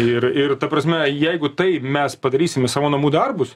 ir ir ta prasme jeigu tai mes padarysime savo namų darbus